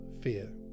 fear